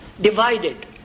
divided